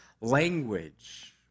language